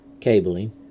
cabling